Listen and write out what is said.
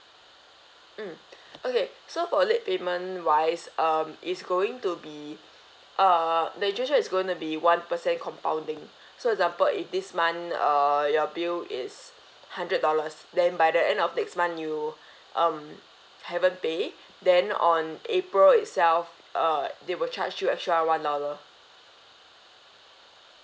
mm okay so for late payment wise um is going to be uh the interest rate is going to be one percent compounding so example if this month uh your bill is hundred dollars then by the end of next month you um haven't pay then on april itself uh they will charge you extra one dollar